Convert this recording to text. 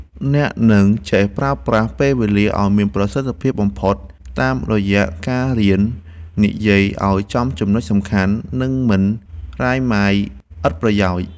អ្នកនឹងចេះប្រើប្រាស់ពេលវេលាឱ្យមានប្រសិទ្ធភាពបំផុត តាមរយៈការរៀននិយាយឱ្យចំចំណុចសំខាន់ និងមិននិយាយរាយមាយឥតប្រយោជន៍។